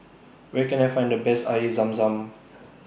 Where Can I Find The Best Air Zam Zam